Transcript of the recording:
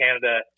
Canada